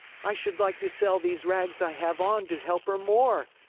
i should like to sell these rags i have on to help her more.